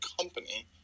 company